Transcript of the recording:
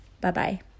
Bye-bye